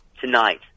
tonight